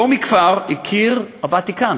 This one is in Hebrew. לא מכבר הכיר הוותיקן